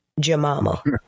Jamama